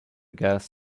gas